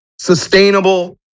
sustainable